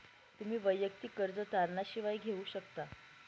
तुम्ही वैयक्तिक कर्ज तारणा शिवाय घेऊ शकता